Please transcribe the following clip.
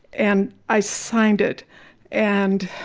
and i signed it and